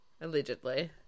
Allegedly